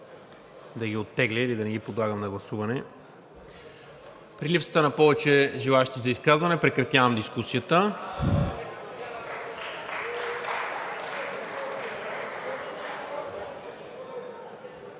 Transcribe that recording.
да ги оттегля или да не ги подлагам на гласуване. При липсата на повече желаещи за изказване прекратявам дискусията.